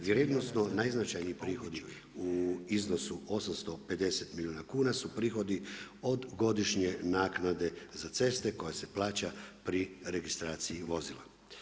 Vrijednosno najznačajniji prihodi u iznosu 850 milijuna kuna su prihodi od godišnje naknade za ceste koja se plaća pri registraciji vozila.